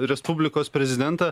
respublikos prezidentą